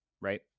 right